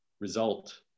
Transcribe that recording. result